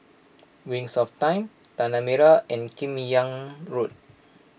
Wings of Time Tanah Merah and Kim Yam Road